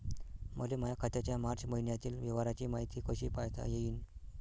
मले माया खात्याच्या मार्च मईन्यातील व्यवहाराची मायती कशी पायता येईन?